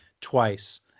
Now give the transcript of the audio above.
twice